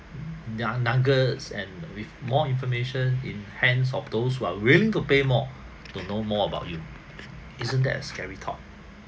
their nuggets and with more information in hands of those who are willing to pay more to know more about you isn't that scary thought